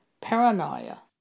paranoia